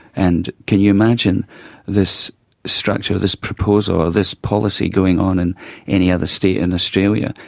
and can you imagine this structure, this proposal, this policy going on in any other state in australia,